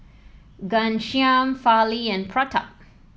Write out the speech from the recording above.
Ghanshyam Fali and Pratap